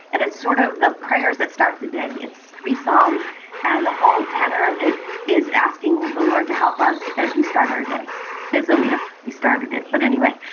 and it's sort of the prayers that start today. it's three psalms. and the whole tenor of it is asking the lord to help us as we start our day as only a they started it but anyway,